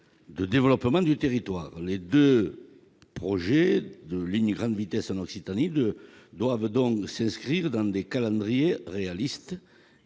de développement du territoire. Ces deux projets de ligne à grande vitesse, ou LGV, en Occitanie doivent s'inscrire dans des calendriers réalistes